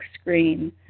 screen